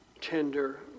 tender